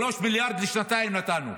3 מיליארד לשנתיים נתנו,